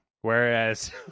Whereas